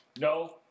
No